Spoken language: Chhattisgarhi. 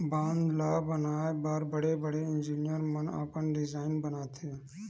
बांधा ल बनाए बर बड़े बड़े इजीनियर मन अपन डिजईन बनाथे